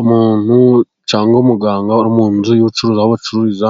Umuntu cyangwa umuganga uri mu nzu y'ubucuruzi aho acururiza